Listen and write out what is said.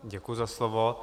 Děkuji za slovo.